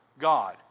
God